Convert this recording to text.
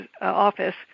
office